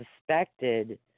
suspected